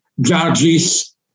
judges